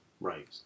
Right